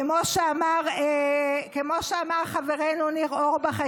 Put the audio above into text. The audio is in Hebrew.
כמו שאמר חברנו ניר אורבך,